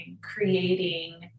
creating